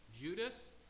Judas